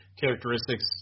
characteristics